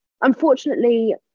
unfortunately